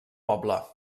poble